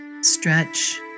Stretch